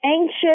anxious